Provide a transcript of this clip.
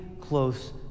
close